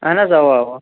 اَہَن حظ اَوا اَوا